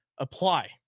Apply